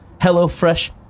HelloFresh